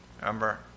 remember